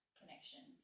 connection